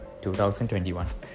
2021